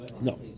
no